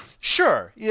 Sure